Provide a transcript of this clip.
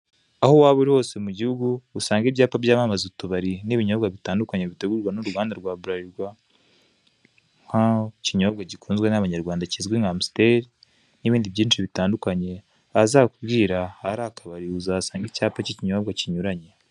Aho waba uri hose mu gihugu usanga ibyapa byamamaza utubari n'ibinyobwa bitandukanye bitegurwa n'uruganda rwa burarirwa, nk'ikinyobwa gikunzwe n'abanyarwanda kizwi ku izina rya amusiteri n'ibindi byinshi bitandukanye. Ahazakubwira ahari akabari uzahasanga icyapa cy'ikinyobwa kinyuranye.